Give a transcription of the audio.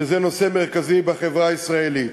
שהוא נושא מרכזי בחברה הישראלית.